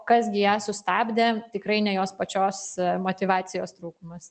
kas gi ją sustabdė tikrai ne jos pačios motyvacijos trūkumas